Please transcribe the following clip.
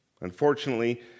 Unfortunately